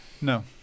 no